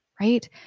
right